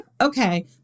Okay